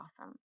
awesome